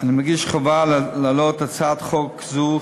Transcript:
אני מרגיש חובה להעלות הצעת חוק זו,